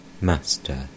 Master